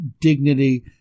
dignity